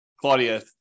Claudia